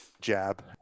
jab